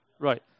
Right